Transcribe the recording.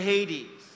Hades